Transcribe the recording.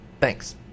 Thanks